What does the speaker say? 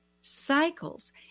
cycles